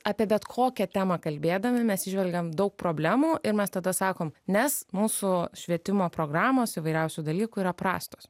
apie bet kokią temą kalbėdami mes įžvelgiame daug problemų ir mes tada sakom nes mūsų švietimo programos įvairiausių dalykų yra prastos